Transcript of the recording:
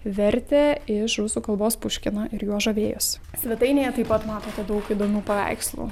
vertė iš rusų kalbos puškiną ir juo žavėjosi svetainėje taip pat matote daug įdomių paveikslų